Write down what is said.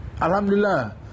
Alhamdulillah